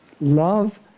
love